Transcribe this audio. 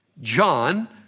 John